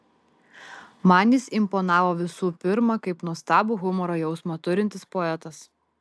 man jis imponavo visų pirma kaip nuostabų humoro jausmą turintis poetas